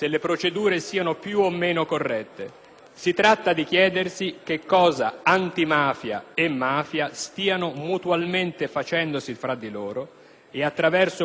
si tratta di chiedersi che cosa Antimafia e Mafia stiano mutualmente facendosi fra di loro e, attraverso quella che è definita una guerra, a noi tutti.